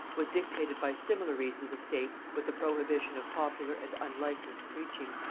was dictated by similar reasons of state with the prohibition of popular and unlicensed preaching.